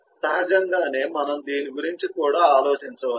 సహజంగానే మనం దీని గురించి కూడా ఆలోచించవచ్చు